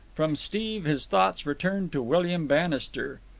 from steve his thoughts returned to william bannister.